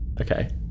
Okay